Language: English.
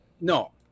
no